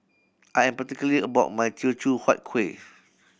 I am particular about my Teochew Huat Kueh